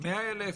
100,000?